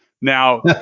Now